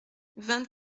vingt